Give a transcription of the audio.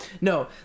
No